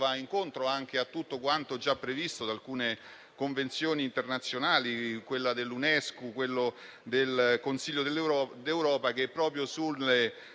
incontro anche a tutto quanto già previsto da alcune convenzioni internazionali, come quelle dell'UNESCO e del Consiglio d'Europa, che, proprio